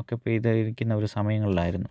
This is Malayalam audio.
ഒക്കെ പെയ്ത് ഇരിക്കുന്ന ഒരു സമയങ്ങളിലായിരുന്നു